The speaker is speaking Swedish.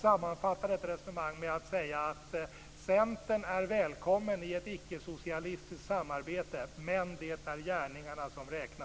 Sammanfattningsvis: Centern är välkommen i ett icke-socialistiskt samarbete, men det är gärningarna som räknas!